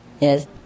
Yes